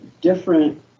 different